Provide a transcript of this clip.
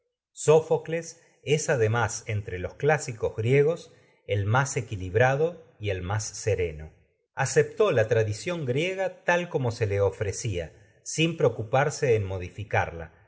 sófocles además y entre los clásicos griegos el más equilibrado el más sereno aceptó la tradición sin preocuparse griega tal en como se le ofrecía modifi carla y